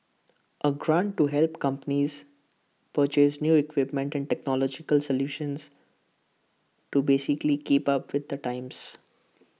A grant to help companies purchase new equipment and technological solutions to basically keep up with the times